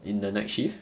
in the night shift